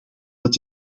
dat